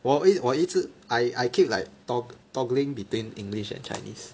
我一直 I I keep like tog~ tog~ toggling between English and Chinese